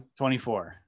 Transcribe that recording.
24